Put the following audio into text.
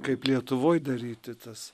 kaip lietuvoj daryti tas